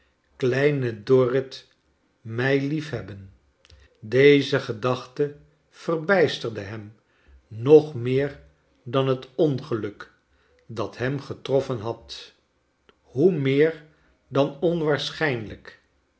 kleine dorrit mij liefhebben deze gedachte verbijsterde hem nog meer dan het ongeluk dat hem getroffen had hoe meer dan onwaarschijnlijk